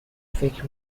فکر